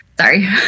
Sorry